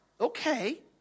okay